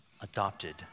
adopted